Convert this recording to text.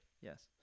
yes